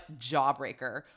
Jawbreaker